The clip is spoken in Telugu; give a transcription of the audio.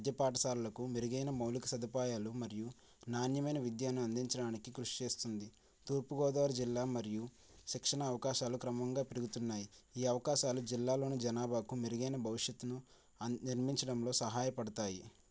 మధ్య పాఠశాలలకు మెరుగైన మౌలిక సదుపాయాలు మరియు నాణ్యమైన విద్యను అందించడానికి కృషి చేస్తుంది తూర్పు గోదావరి జిల్లా మరియు శిక్షణ అవకాశాలు క్రమంగా పెరుగుతున్నాయి ఈ అవకాశాలు జిల్లాలోని జనాభాకు మెరుగైన భవిష్యత్తును అంది నిర్మించడంలో సహాయపడతాయి